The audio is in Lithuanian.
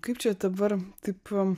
kaip čia dabar taip